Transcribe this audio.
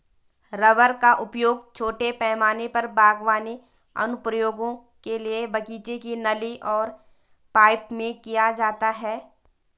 rubber का उपयोग छोटे पैमाने पर बागवानी अनुप्रयोगों के लिए बगीचे की नली और पाइप में किया जाता है